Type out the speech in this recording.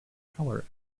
color